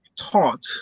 taught